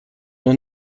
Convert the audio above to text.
noch